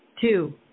Two